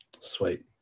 Sweet